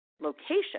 location